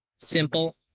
simple